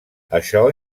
això